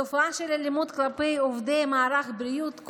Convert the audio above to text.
התופעה של אלימות כלפי עובדי מערכת הבריאות,